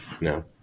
No